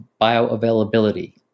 bioavailability